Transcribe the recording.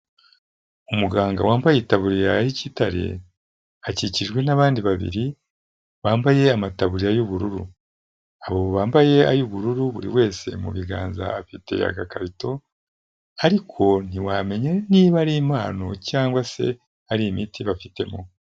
Umuganga wambaye itaburiya y'igitare akikijwe n'abandi babiri bambaye amataburiya y'ubururu. Abo bambaye ay'ubururu buri wese mu biganza afite akakarito, ariko ntiwamenya niba ari impano cyangwa se ari imiti bafitemo.